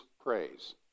praise